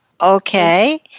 okay